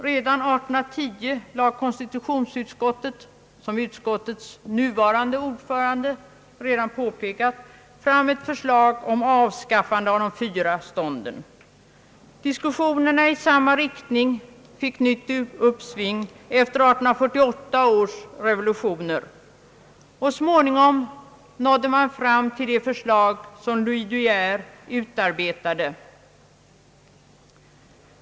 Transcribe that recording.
Redan 1810 framlade konstitutionsutskottet — såsom utskottets nuvarande ordförande nyss påpekat — ett förslag om avskaffande av de fyra stånden. Diskussionerna i samma riktning fick nytt uppsving efter 1848 års revolutioner, och småningom nådde man fram till det förslag som Louis de Geer utarbetade.